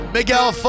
Miguel